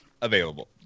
available